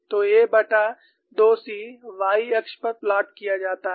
तो a2c y अक्ष पर प्लॉट किया जाता है